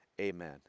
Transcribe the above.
amen